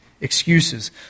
excuses